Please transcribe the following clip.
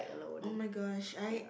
oh-my-gosh I